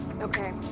Okay